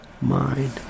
mind